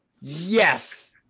Yes